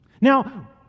Now